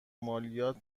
مالیات